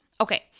Okay